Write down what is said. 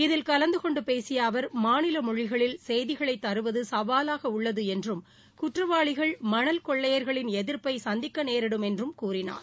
இதில் கலந்துகொண்டு பேசிய அவர் மாநில மொழிகளில் செய்திகளை தருவது சவாலாக உள்ளது என்றும் குற்றவாளிகள் மணல் கொள்ளையர்களின் எதிர்ப்பை சந்திக்க நேரிடும் என்றும் கூறினார்